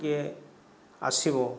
କିଏ ଆସିବ